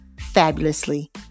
fabulously